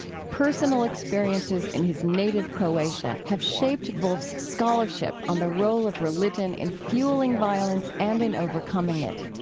personal experiences in his native croatia have shaped volf's scholarship on the role of religion in fueling violence and in overcoming it.